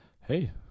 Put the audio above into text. Hey